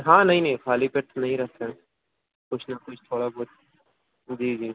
ہاں نہیں نہیں خالی پیٹ تو نہیں رکھتے ہیں کچھ نہ کچھ تھوڑا بہت جی جی